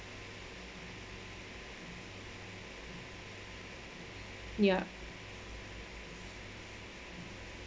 ya